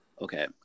okay